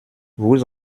vous